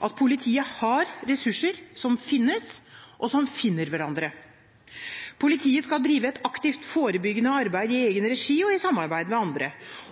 at politiet har ressurser som finnes, og som finner hverandre. Politiet skal drive et aktivt forebyggende arbeid i egen regi og i samarbeid med andre.